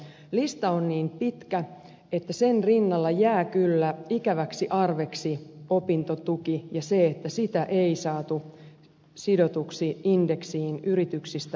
lista on niin pitkä että sen rinnalla jää kyllä ikäväksi arveksi opintotuki ja se että sitä ei saatu sidotuksi indeksiin yrityksistä huolimatta